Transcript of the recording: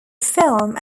film